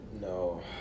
No